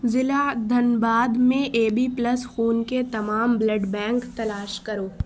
ضلع دھنباد میں A B plus خون کے تمام بلڈ بینک تلاش کرو